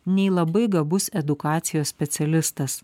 nei labai gabus edukacijos specialistas